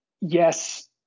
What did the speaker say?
yes